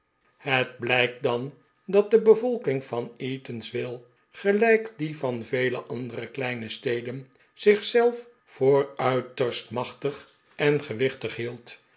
het blijkt dan dat de bevolking van eatanswill gelijk die van vele andere kleine steden zich zelf voor uiterst machtig en gewichtig hield